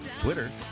twitter